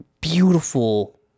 beautiful